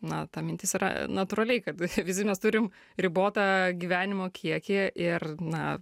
na ta mintis yra natūraliai kad visi mes turim ribotą gyvenimo kiekį ir na